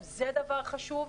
גם זה דבר חשוב.